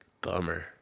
Bummer